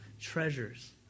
treasures